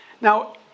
Now